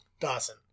Dawson